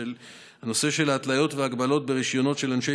הנושא של התליות והגבלות ברישיונות של אנשי